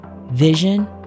vision